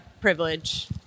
privilege